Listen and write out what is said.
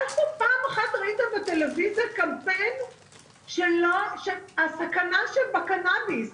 איפה פעם אחת ראית בטלוויזיה קמפיין על הסכנה שבקנאביס,